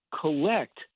collect